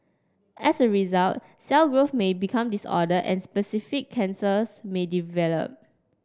as a result cell growth may become disordered and specific cancers may develop